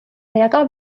lehrer